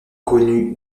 connu